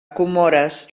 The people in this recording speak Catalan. comores